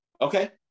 Okay